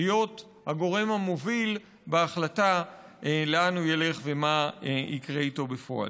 להיות הגורם המוביל בהחלטה לאן הוא ילך ומה יקרה איתו בפועל.